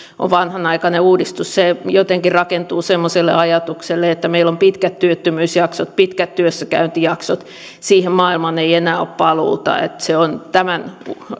on vanhanaikainen uudistus se jotenkin rakentuu semmoiselle ajatukselle että meillä on pitkät työttömyysjaksot pitkät työssäkäyntijaksot siihen maailmaan ei enää ole paluuta se on tämän